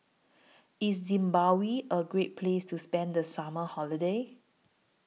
IS Zimbabwe A Great Place to spend The Summer Holiday